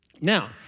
Now